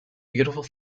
beautiful